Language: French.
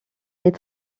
est